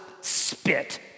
Spit